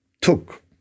took